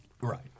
Right